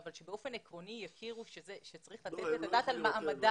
אבל שבאופן עקרוני יצהירו שצריך לתת את הדעת על מעמדם,